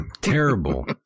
terrible